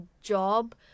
job